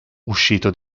uscito